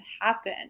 happen